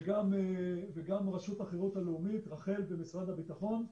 וגם רשות החירום הלאומית רח"ל ומשרד הביטחון.